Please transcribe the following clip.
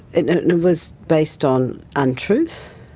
it and it was based on untruths.